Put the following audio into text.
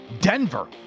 Denver